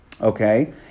Okay